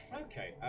Okay